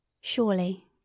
Surely